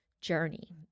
journey